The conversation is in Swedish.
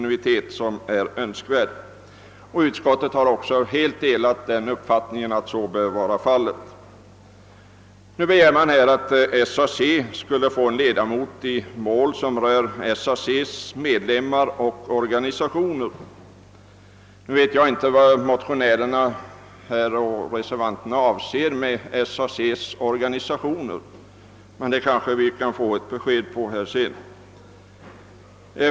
Utskottet har helt delat uppfattningen om att så bör vara fallet. Nu begär man att SAC skulle få tillsätta en ledamot i mål som rör SAC medlemmar och SAC-organisationer. Jag vet inte vad motionärerna och reservanterna avser med SAC-organisationer, men vi kanske senare kan få ett besked på den punkten.